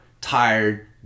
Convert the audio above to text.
tired